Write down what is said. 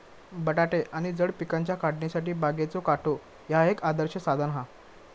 बटाटे आणि जड पिकांच्या काढणीसाठी बागेचो काटो ह्या एक आदर्श साधन हा